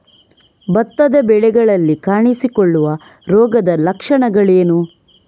ಭತ್ತದ ಬೆಳೆಗಳಲ್ಲಿ ಕಾಣಿಸಿಕೊಳ್ಳುವ ರೋಗದ ಲಕ್ಷಣಗಳೇನು?